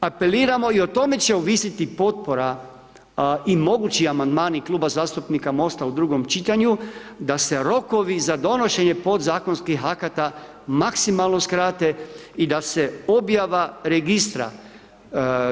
Apeliramo i o tome će ovisiti potpora i mogući amandmani Kluba zastupnika MOST-a u drugom čitanju, da se rokovi za donošenje podzakonskih akata maksimalno skrate i da se objava registra